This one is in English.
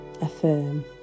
affirm